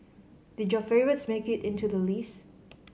did your favourites make it into the list